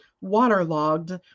waterlogged